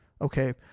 Okay